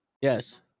Yes